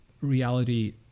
reality